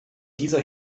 dieser